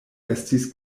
estis